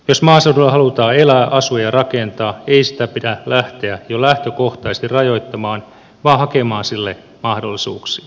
jos maaseudulla halutaan elää asua ja rakentaa ei sitä pidä lähteä jo lähtökohtaisesti rajoittamaan vaan hakemaan sille mahdollisuuksia